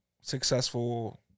successful